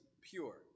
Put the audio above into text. pure